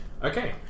Okay